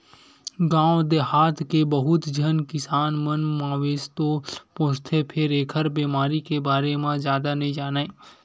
गाँव देहाथ के बहुत झन किसान मन मवेशी तो पोसथे फेर एखर बेमारी के बारे म जादा नइ जानय